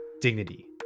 dignity